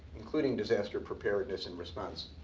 including disaster preparedness and response.